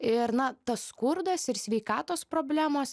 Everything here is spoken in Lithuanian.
ir na tas skurdas ir sveikatos problemos